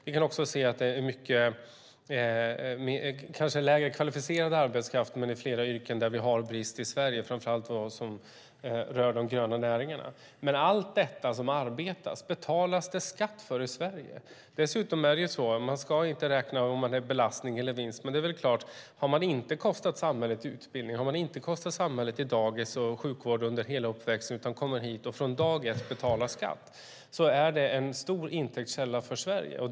Vi kan också se att det är mycket kanske lägre kvalificerad arbetskraft, men i flera yrken där vi har brist i Sverige, framför allt vad som rör de gröna näringarna. Allt detta som arbetas betalas det skatt för i Sverige. Man ska inte räkna om någon är en belastning eller en vinst, men det är väl klart att den som inte har kostat samhället utbildning, inte har kostat samhället dagis och sjukvård under hela uppväxten utan kommer hit och från dag ett betalar skatt är en stor intäktskälla för Sverige.